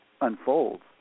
Unfolds